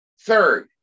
Third